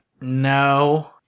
No